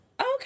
okay